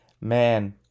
Man